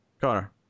Connor